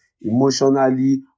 emotionally